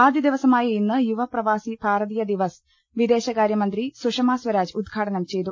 ആദ്യദിവസമായ ഇന്ന് യുവപ്രവാസി ഭാരതീയ ദിവസ് വിദേ ശകാര്യമന്ത്രി സുഷമസ്വരാജ് ഉദ്ഘാടനം ചെയ്തു